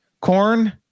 Corn